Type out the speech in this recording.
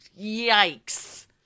yikes